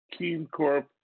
KeenCorp